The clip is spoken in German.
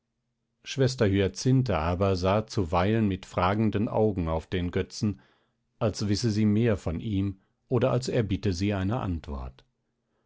schwester hyacinthe aber sah zuweilen mit fragenden augen auf den götzen als wisse sie mehr von ihm oder als erbitte sie eine antwort